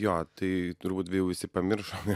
jo tai turbūt jau visi pamiršome